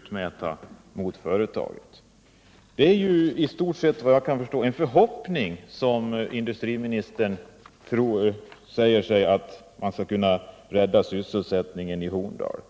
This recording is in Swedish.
samhällsansvar av företaget är inte heller tillfredsställande. Efter vad jag kan förstå är det i stort sett bara en förhoppning som industriministern uttrycker, att man skall kunna rädda sysselsättningen i Horndal.